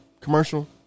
commercial